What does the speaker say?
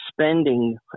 spending